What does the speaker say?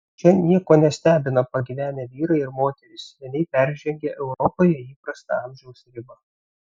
čia nieko nestebina pagyvenę vyrai ir moterys seniai peržengę europoje įprastą amžiaus ribą